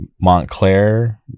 montclair